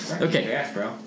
Okay